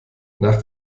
nach